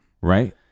Right